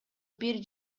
бир